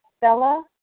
Bella